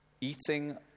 eating